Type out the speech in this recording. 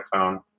phone